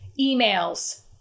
emails